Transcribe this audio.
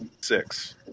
Six